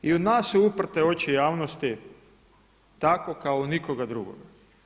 I u nas su uprte oči javnosti tako kao nikoga drugoga.